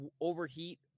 overheat